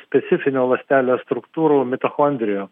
specifinio ląstelės struktūrų mitochondrijų